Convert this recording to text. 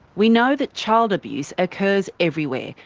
we know that child abuse occurs everywhere,